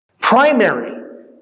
Primary